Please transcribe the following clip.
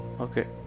okay